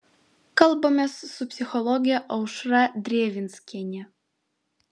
kalbamės su psichologe aušra drevinskiene